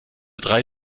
drei